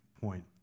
point